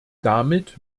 damit